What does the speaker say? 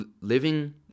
living